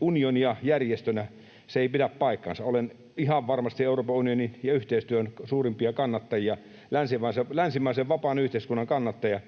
unionia järjestönä, se ei pidä paikkaansa. Olen ihan varmasti Euroopan unionin ja yhteistyön suurimpia kannattajia, länsimaisen vapaan yhteiskunnan kannattaja,